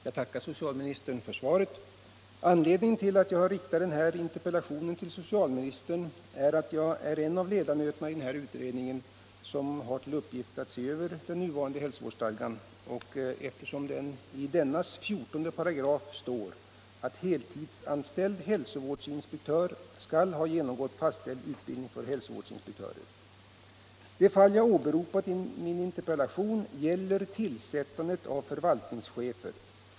Herr talman! Jag tackar socialministern för svaret. Anledningen till att jag riktar denna interpellation till socialministern är att jag är en av ledamöterna i den utredning som har till uppgift att se över nuvarande hälsovårdsstadga, där det i 14 § står att heltidsanställd hälsovårdsinspektör skall ha genomgått fastställd utbildning för hälsovårdsinspektörer. De fall jag åberopat i min interpellation gäller tillsättandet av förvaltningschefer.